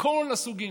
מכל הסוגים.